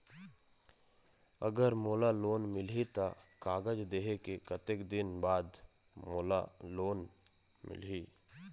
अगर मोला लोन मिलही त कागज देहे के कतेक दिन बाद मोला लोन मिलही?